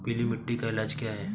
पीली मिट्टी का इलाज क्या है?